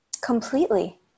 completely